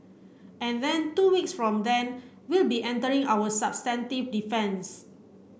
and then two weeks from then we'll be entering our substantive defence